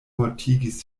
mortigis